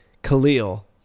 Khalil